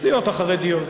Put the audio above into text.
הסיעה החרדית.